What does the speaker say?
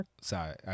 sorry